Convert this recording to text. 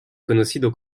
conocido